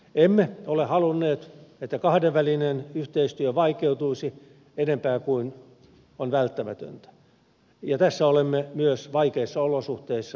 emme ole halunneet että kahdenvälinen yhteistyö vaikeutuisi enempää kuin on välttämätöntä ja tässä olemme myös vaikeissa olosuhteissa onnistuneet